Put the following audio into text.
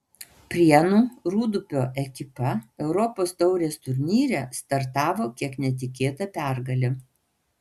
prienų rūdupio ekipa europos taurės turnyre startavo kiek netikėta pergale